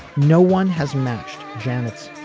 no one has matched. janet's